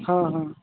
ହଁ ହଁ